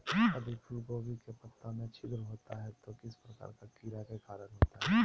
यदि फूलगोभी के पत्ता में छिद्र होता है तो किस प्रकार के कीड़ा के कारण होता है?